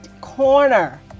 corner